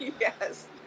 Yes